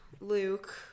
Luke